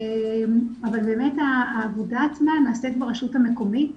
אבל באמת העבודה עצמה נעשית ברשות המקומית,